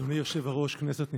אדוני היושב-ראש, כנסת נכבדה,